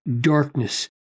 darkness